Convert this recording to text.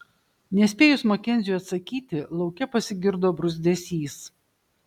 nespėjus makenziui atsakyti lauke pasigirdo bruzdesys